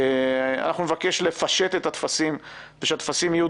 אנחנו נבקש לפשט את הטפסים כך שיהיו